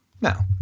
Now